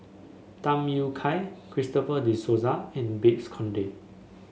Tham Yui Kai Christopher De Souza and Babes Conde